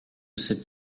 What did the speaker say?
cette